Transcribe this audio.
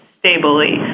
stably